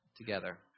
together